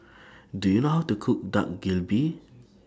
Do YOU know How to Cook Dak Galbi